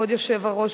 כבוד היושב-ראש,